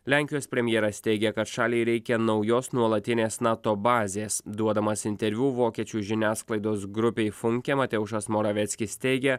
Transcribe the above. lenkijos premjeras teigia kad šaliai reikia naujos nuolatinės nato bazės duodamas interviu vokiečių žiniasklaidos grupei funke mateušas moraveckis teigė